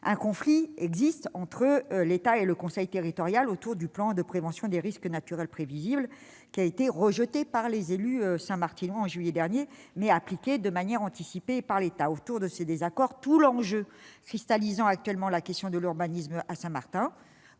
un conflit existe entre l'État et le conseil territorial autour du plan de prévention des risques naturels prévisibles, qui a été rejeté par les élus saint-martinois en juillet dernier, mais appliqué de manière anticipée par l'État. Autour de ce désaccord se cristallise tout l'enjeu de l'urbanisme à Saint-Martin